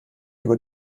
über